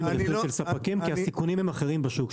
לרווחיות של ספקים כי הסיכונים הם אחרים בשוק.